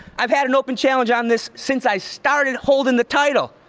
i've had an open challenge on this since i started holding the title.